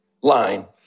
line